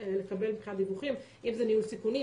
לקבל מבחינת דיווחים אם זה ניהול סיכונים,